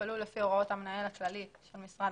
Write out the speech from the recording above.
יפעלו לפי הוראות המנהל הכללי של משרד